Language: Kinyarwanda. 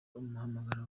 umuhamagaro